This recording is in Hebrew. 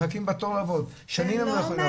מחכים בתור לעבוד, שנים הם לא יכולים לעבוד.